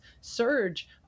surge